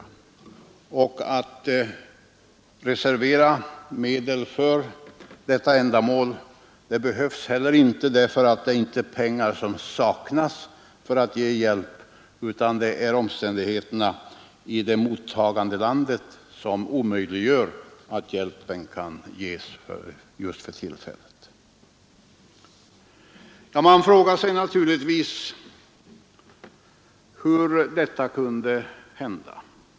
Det finns heller inget behov av att reservera medel för detta ändamål. Det är nämligen inte pengar till hjälp som saknas, utan det är omständigheterna i det mottagande landet som gör det omöjligt att ge hjälp just för tillfället. Man frågar sig naturligtvis hur detta kunde hända.